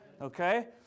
Okay